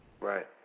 Right